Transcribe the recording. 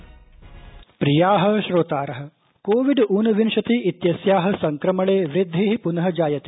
Covid सन्देश प्रिया श्रोतारः कोविड ऊनविंशति इत्यस्याः संक्रमणे वृद्धिः प्नः जायते